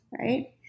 right